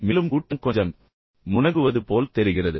மேலும் கூட்டம் கொஞ்சம் முனகுவது போல் தெரிகிறது